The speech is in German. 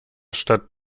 stadt